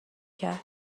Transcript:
کرد